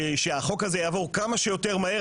ושהחוק הזה יעבור כמה שיותר מהר,